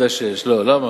אגב,